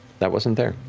that wasn't there.